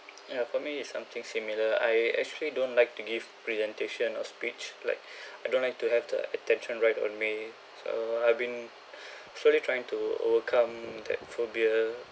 ya for me it's something similar I actually don't like to give presentation or speech like I don't like to have the attention right on me so I've been slowly trying to overcome that phobia